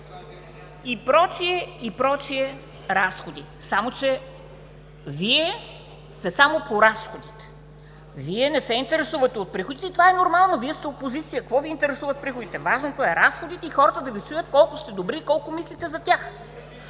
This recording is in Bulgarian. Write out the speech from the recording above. и прочее, прочее разходи? Само че Вие сте само по разходите. Вие не се интересувате от приходите. Това е нормално – Вие сте опозиция, какво Ви интересуват приходите?! Важното е разходите и хората да Ви оценят колко сте добри и колко мислите за тях.